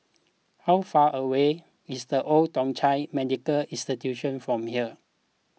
how far away is the Old Thong Chai Medical Institution from here